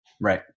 Right